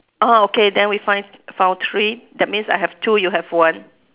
oh okay then we find found three that means I have two you have one